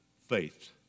Faith